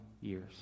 years